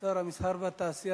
שר התעשייה, המסחר והתעסוקה,